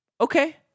okay